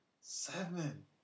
Seven